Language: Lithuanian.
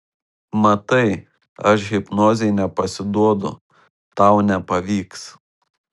matai aš hipnozei nepasiduodu tau nepavyks